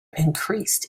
increased